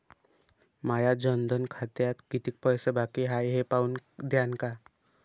माया जनधन खात्यात कितीक पैसे बाकी हाय हे पाहून द्यान का?